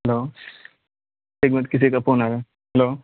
hello ایک minute کسی کا فون آ رہا ہے ہیلو